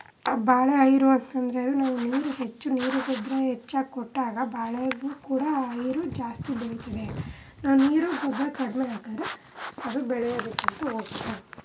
ಬಾಳೆ ಐರು ಅಂತಂದರೆ ನಾವು ನೀರು ಹೆಚ್ಚು ನೀರು ಗೊಬ್ಬರ ಹೆಚ್ಚಾಗ್ ಕೊಟ್ಟಾಗ ಬಾಳೆಗೂ ಕೂಡ ಐರು ಜಾಸ್ತಿ ಬೆಳೀತದೆ ನಾವು ನೀರು ಗೊಬ್ಬರ ಕಡಿಮೆ ಹಾಕದ್ರೆ ಅದು ಬೆಳೆಯೋದಕ್ಕಂತೂ ಹೋಗಲ್ಲ